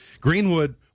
Greenwood